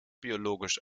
biologisch